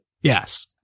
Yes